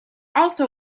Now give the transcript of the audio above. also